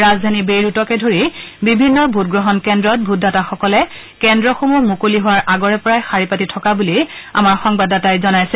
ৰাজধানী বেইৰুটকে ধৰি বিভিন্ন ভোটগ্ৰহণ কেন্দ্ৰত ভোটদাতাসকলে কেন্দ্ৰসমূহ মুকলি হোৱাৰ আগৰে পৰাই শাৰী পাতি থকা বুলি আকাশবাণীৰ সংবাদদাতাই জনাইছে